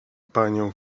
panią